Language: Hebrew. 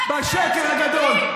השקר הגדול.